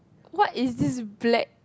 what is this black